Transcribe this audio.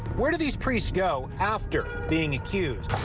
where do these priests go after being accused?